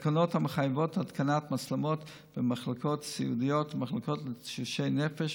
תקנות המחייבות התקנת מצלמות במחלקות סיעודיות ובמחלקות לתשושי נפש,